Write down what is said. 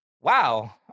Wow